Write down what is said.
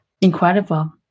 Incredible